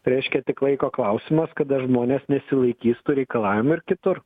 reiškia tik laiko klausimas kada žmonės nesilaikys tų reikalavimų ir kitur